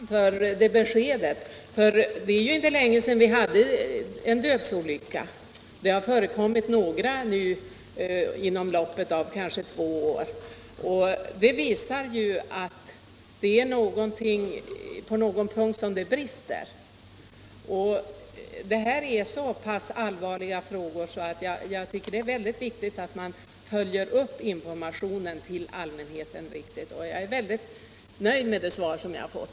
Herr talman! Jag är mycket tacksam för detta besked. Det är inte länge sedan det förekom en dödsolycka och det har inträffat några sådana inom loppet av något år. Det visar att det brister på någon punkt. Det gäller så pass allvarliga frågor att jag tycker att det är mycket viktigt att informationen till allmänheten följs upp på ett riktigt sätt. Jag är mycket nöjd med det svar som jag har fått.